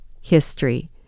history